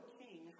king